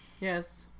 Yes